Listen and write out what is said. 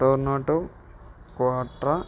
టోర్నాటో కోట్రా